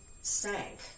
sank